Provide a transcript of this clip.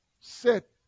sit